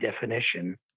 definition